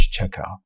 checkout